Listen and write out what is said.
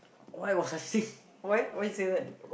why got such thing why why you say that